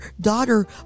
daughter